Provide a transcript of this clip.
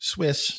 Swiss